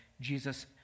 Jesus